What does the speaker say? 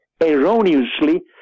erroneously